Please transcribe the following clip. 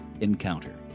Encounter